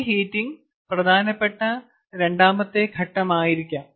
preheating പ്രധാനപ്പെട്ട രണ്ടാമത്തെ ഘട്ടമായിരിക്കാം